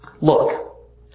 look